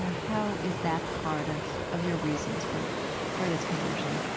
how is that part of of your reasons for for this conversion?